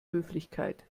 höflichkeit